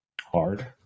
Hard